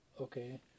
Okay